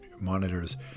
monitors